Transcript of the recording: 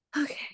okay